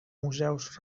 museus